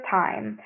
time